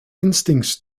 instincts